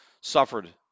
suffered